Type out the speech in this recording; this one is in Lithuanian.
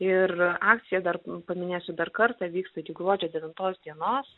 ir akcija dar paminėsiu dar kartą vyksta iki gruodžio devintos dienos